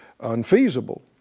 unfeasible